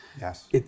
Yes